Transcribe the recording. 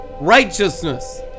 righteousness